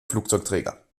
flugzeugträger